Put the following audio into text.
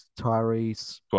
Tyrese